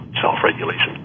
self-regulation